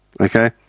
Okay